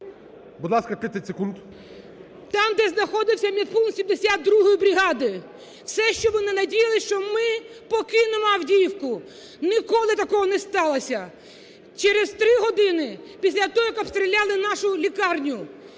Будь ласка, 30 секунд. КОРЧИНСЬКА О.А. … там, де знаходився медпункт 72 бригади. Все, що вони надіялись, що ми покинемо Авдіївку. Ніколи такого не сталося. Через три години після того, як обстріляли нашу лікарню,